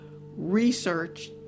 research